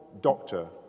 doctor